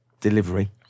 delivery